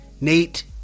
Nate